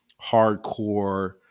hardcore